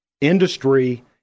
industry